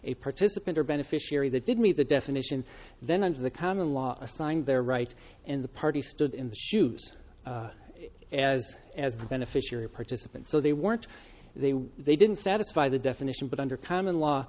a participant or beneficiary that did meet the definition then under the common law signed their right and the party stood in the shoes as as the beneficiary participant so they weren't they they didn't satisfy the definition but under common law